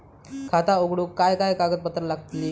खाता उघडूक काय काय कागदपत्रा लागतली?